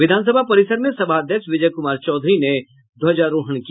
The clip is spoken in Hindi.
विधानसभा परिसर में सभाध्यक्ष विजय कुमार चौधरी ने ध्वजारोहन किया